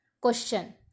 Question